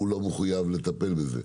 הוא לא מחויב לטפל בזה.